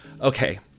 Okay